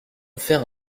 faire